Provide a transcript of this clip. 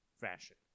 fashion